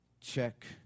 Check